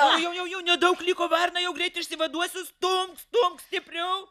jau jau jau nedaug liko varna jau greit išsivaduosiu stumk stumk stipriau